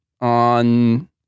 on